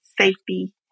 safety